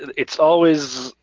it's always,